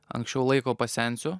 anksčiau laiko pasensiu